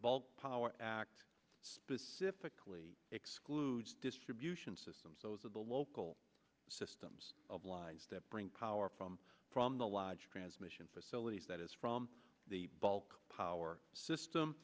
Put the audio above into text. bulk power act specifically excludes distribution systems those are the local systems obliged to bring power from from the large transmission facilities that is from the bulk power system